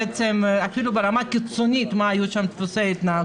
אילו דפוסי התנהגות קיצוניים היו שם.